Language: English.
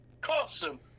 custom